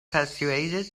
persuaded